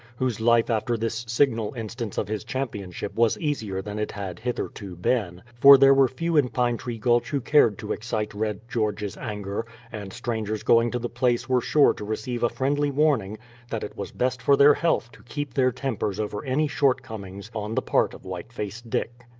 whose life after this signal instance of his championship was easier than it had hitherto been, for there were few in pine tree gulch who cared to excite red george's anger and strangers going to the place were sure to receive a friendly warning that it was best for their health to keep their tempers over any shortcomings on the part of white faced dick.